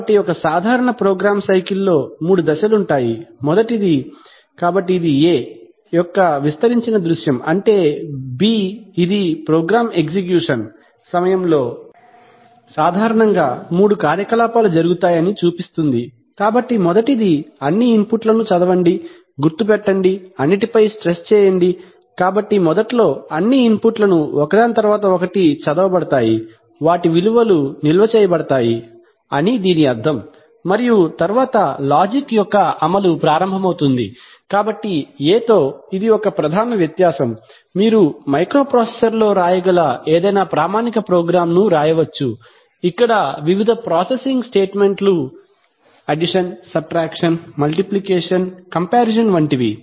కాబట్టి ఒక సాధారణ ప్రోగ్రామ్ సైకిల్ లో మూడు దశలు ఉంటాయి మొదటిది కాబట్టి ఇది a యొక్క విస్తరించిన దృశ్యం అంటే B ఇది ప్రోగ్రామ్ ఎగ్జిక్యూషన్ సమయంలో సాధారణంగా మూడు కార్యకలాపాలు జరుగుతాయని చూపిస్తుంది కాబట్టి మొదటిది అన్ని ఇన్పుట్ లను చదవండి గుర్తు పెట్టండి అన్నిటిపై స్ట్రెస్ చేయండ కాబట్టి మొదట్లో అన్ని ఇన్పుట్ లను ఒకదాని తరువాత ఒకటి చదవబడతాయి వాటి విలువలు నిల్వ చేయబడతాయి అని దీని అర్థం మరియు తరువాత లాజిక్ యొక్క అమలు ప్రారంభమవుతుంది కాబట్టి a తో ఇది ఒక ప్రధాన వ్యత్యాసం మీరు మైక్రోప్రాసెసర్లో వ్రాయగల ఏదైనా ప్రామాణిక ప్రోగ్రామ్ను వ్రాయవచ్చు ఇక్కడ వివిధ ప్రాసెసింగ్ స్టేట్మెంట్ లు addition subtraction multiplication addition subtraction multiplication comparison వంటివి